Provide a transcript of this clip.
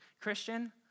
Christian